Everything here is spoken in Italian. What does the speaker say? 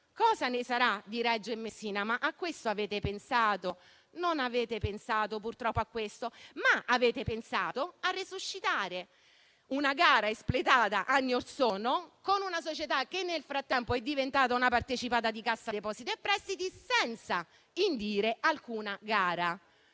Cosa ne sarà di Reggio Calabria e di Messina? A questo avete pensato? Purtroppo non avete pensato a questo, ma avete pensato a resuscitare una gara espletata anni orsono, con una società che nel frattempo è diventata una partecipata di Cassa depositi e prestiti, senza indire alcuna gara.